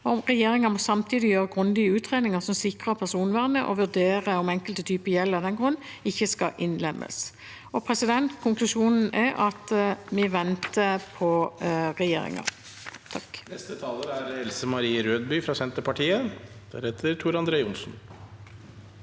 Regjeringen må samtidig gjøre grundige utredninger som sikrer personvernet, og vurdere om enkelte typer gjeld av den grunn ikke skal innlemmes.» Konklusjonen er at vi venter på regjeringen. Else